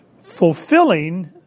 fulfilling